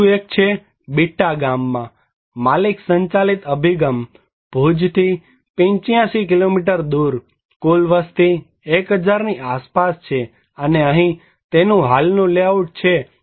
બીજું એક છે બિટ્ટા ગામમાં માલિક સંચાલિત અભિગમભુજથી 85 કિલોમીટર દૂર કુલ વસ્તી 1000 ની આસપાસ છે અને અહીં તેનું હાલનું લેઆઉટ છે